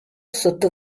sotto